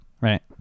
Right